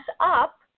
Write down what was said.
up